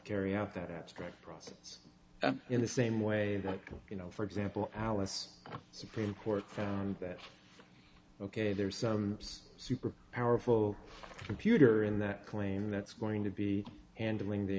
carry out that abstract process in the same way that you know for example alice supreme court found that ok there's some super powerful computer in that claim that's going to be and doing the